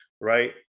right